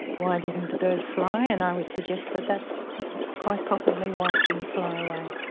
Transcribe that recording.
why didn't the bird fly? and i would suggest that that's quite possibly why it didn't fly away,